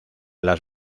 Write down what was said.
las